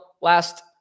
last